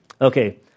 okay